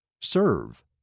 Serve